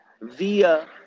via